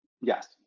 Yes